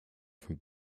from